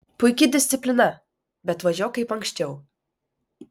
puiki disciplina bet važiuok kaip anksčiau